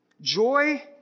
joy